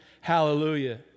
hallelujah